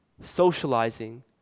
socializing